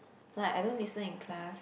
like I don't listen in class